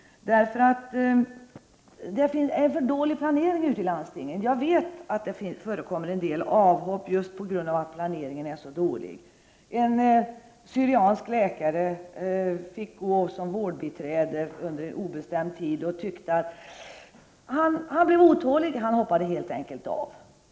Det är för dålig planering ute i landstingen; jag vet att det förekommer en del avhopp just på grund av att planeringen är så dålig. En syriansk läkare fick gå som vårdbiträde under obestämd tid, och han blev otålig; han hoppade helt enkelt av.